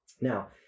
Now